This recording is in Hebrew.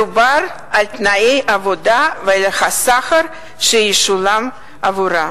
מדובר על תנאי העבודה ועל השכר שישולם עבורה.